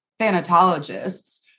thanatologists